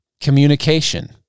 communication